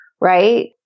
right